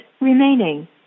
remaining